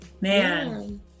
man